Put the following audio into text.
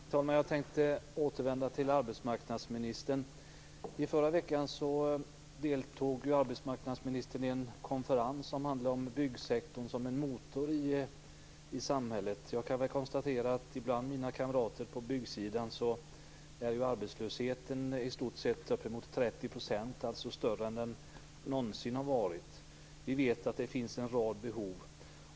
Herr talman! Jag tänkte vända mig till arbetsmarknadsministern. I förra veckan deltog arbetsmarknadsministern i en konferens som handlade om byggsektorn som en motor i samhället. Jag kan konstatera att arbetslösheten bland mina kamrater på byggsidan i stort sett är uppemot 30 %, alltså större än någonsin. Vi vet att det finns en rad behov.